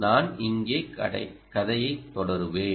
நான் இங்கே கதையைத் தொடருவேன்